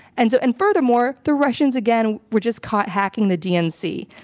and so and furthermore, the russians again were just caught hacking the dnc.